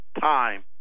time